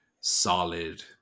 solid